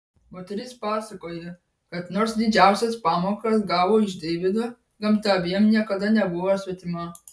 moteris pasakoja kad nors didžiausias pamokas gavo iš deivido gamta abiem niekada nebuvo svetima